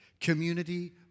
community